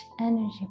energy